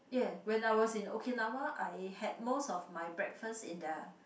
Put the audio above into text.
ya when I was in Okinawa I had most of my breakfast in their